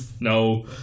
No